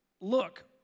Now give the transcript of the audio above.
Look